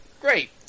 Great